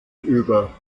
über